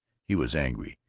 he was angry.